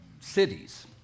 Cities